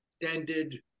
extended